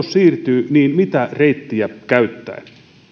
siirtyy niin mitä reittiä käyttäen